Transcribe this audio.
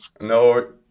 No